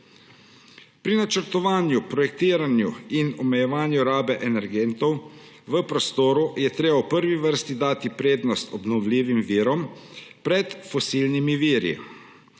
Pri načrtovanju, projektiranju in omejevanju rabe energentov v prostoru je treba v prvi vrsti dati prednost obnovljivim virom pred fosilnimi viri,